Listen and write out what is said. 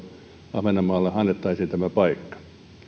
ahvenanmaalle annettaisiin tämä paikka